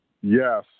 Yes